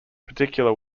particular